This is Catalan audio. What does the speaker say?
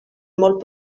molt